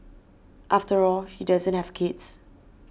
after all he doesn't have kids